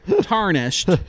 tarnished